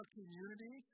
community